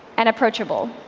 and approachable.